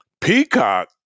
Peacock